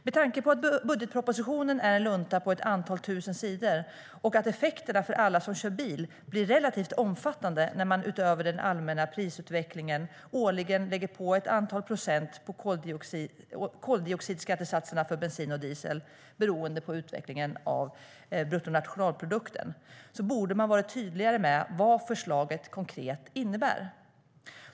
Med tanke på att budgetpropositionen är en lunta på ett antal tusen sidor och att effekterna för alla som kör bil blir relativt omfattande när man utöver den allmänna prisutvecklingen årligen lägger på ett antal procent på koldioxidskattesatserna för bensin och diesel, beroende på utvecklingen av bruttonationalprodukten, borde man varit tydligare med, alltså vad förslaget konkret innebär.